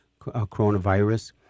coronavirus